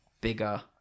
bigger